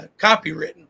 copywritten